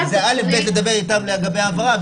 זה א' ב' לדבר איתם לגבי ההעברה.